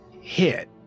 hit